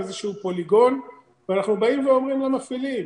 איזה שהוא פוליגון ואנחנו אומרים למפעילים,